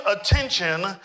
attention